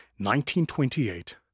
1928